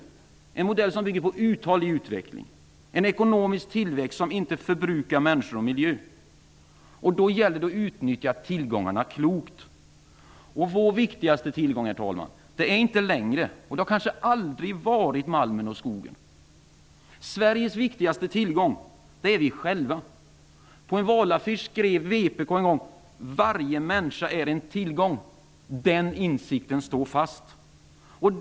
Det är en modell som bygger på en uthållig utveckling och en ekonomisk tillväxt som inte förbrukar människor och miljö. Då gäller det att utnyttja tillgångarna klokt. Vår viktigaste tillgång, herr talman, är inte längre malmen och skogen; det har det kanske aldrig varit. Sveriges viktigaste tillgång är vi själva. På en valaffisch skrev VPK en gång: varje människa är en tillgång. Den insikten står fast.